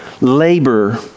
labor